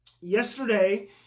Yesterday